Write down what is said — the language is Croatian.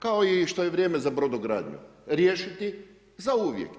Kao i što je vrijeme za brodogradnju, riješiti zauvijek.